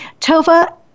Tova